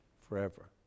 forever